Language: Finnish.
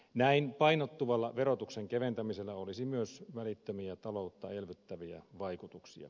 näin painottuvalla verotuksen keventämisellä olisi myös välittömiä taloutta elvyttäviä vaikutuksia